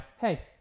hey